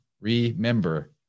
remember